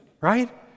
right